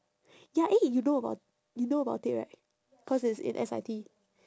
ya eh you know about you know about it right cause it's in S_I_T